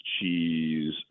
cheese